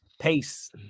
pace